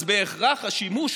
אז בהכרח השימוש